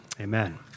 Amen